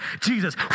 Jesus